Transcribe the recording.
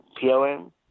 POM